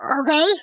okay